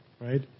right